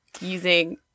using